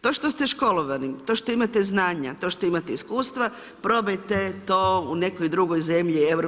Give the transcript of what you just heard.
To što ste školovani, to što imate znanja, to što imate iskustva, probajte, to u nekoj drugoj zemlji EU,